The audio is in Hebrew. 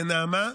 לנעמה.